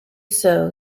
sow